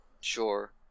Sure